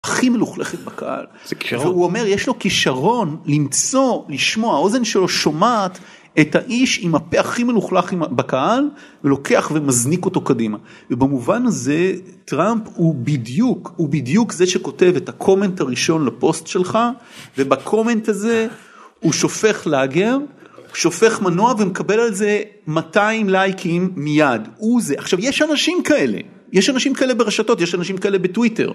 הכי מלוכלכת בקהל. הוא אומר, יש לו כישרון למצוא, לשמוע, האוזן שלו שומעת את האיש עם הפה הכי מלוכלך בקהל ולוקח ומזניק אותו קדימה. ובמובן הזה טראמפ הוא בדיוק, הוא בדיוק זה שכותב את הקומנט הראשון לפוסט שלך ובקומנט הזה הוא שופך לאגר, שופך מנוע ומקבל על זה 200 לייקים מיד, הוא זה. עכשיו יש אנשים כאלה, יש אנשים כאלה ברשתות, יש אנשים כאלה בטוויטר.